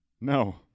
No